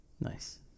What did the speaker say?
Nice